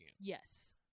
Yes